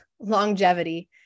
longevity